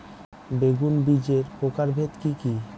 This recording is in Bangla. বেগুন বীজের প্রকারভেদ কি কী?